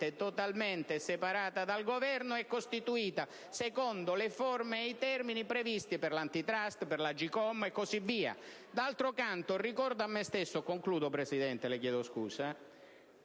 totalmente separata dal Governo e costituita secondo le forme e i termini previsti per l'*Antitrust*, per l'AGCOM e così via. D'altro canto, ricordo a me stesso, signor Presidente, che